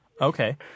Okay